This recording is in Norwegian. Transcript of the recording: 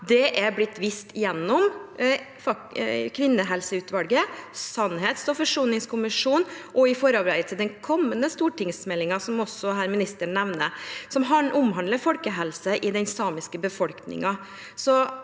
Det er blitt vist gjennom kvinnehelseutvalget, sannhets- og forsoningskommisjonen og i forarbeidet til den kommende stortingsmeldingen, som ministeren her nevner, som omhandler folkehelse i den samiske befolkningen.